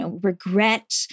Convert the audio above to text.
regret